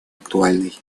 актуальной